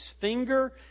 finger